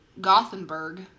Gothenburg